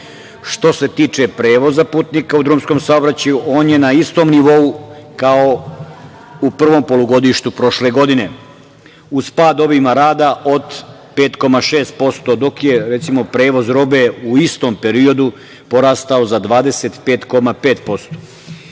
se tiče prevoza putnika u drumskom saobraćaju, on je na istom nivou kao u prvom polugodištu prošle godine, uz pad obima rada od 5,6%, dok je, recimo, prevoz robe u istom periodu porastao za 25,5%.Iako